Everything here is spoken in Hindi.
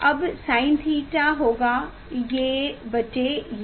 अब Sin थीटा होगा ये बटे ये